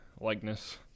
likeness